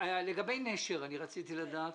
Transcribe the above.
לגבי נשר רציתי לדעת,